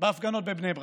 בהפגנות בבני ברק,